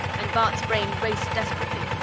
and bart's brain raced desperately,